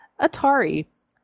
Atari